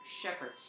shepherds